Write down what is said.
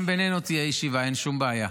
גם בינינו תהיה ישיבה, אין שום בעיה.